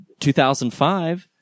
2005